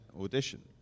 audition